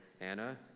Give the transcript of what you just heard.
Anna